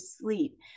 sleep